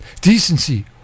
Decency